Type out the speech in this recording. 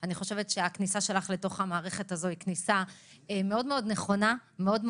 אני חושבת שהכניסה שלך אל תוך המערכת הזאת היא כניסה נכונה מאוד,